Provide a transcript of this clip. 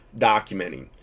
documenting